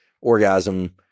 orgasm